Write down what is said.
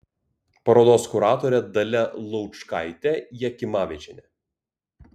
parodos kuratorė dalia laučkaitė jakimavičienė